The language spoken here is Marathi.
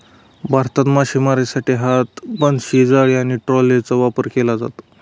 भारतात मासेमारीसाठी हात, बनशी, जाळी आणि ट्रॉलरचा वापर केला जातो